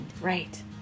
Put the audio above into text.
Right